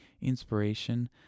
inspiration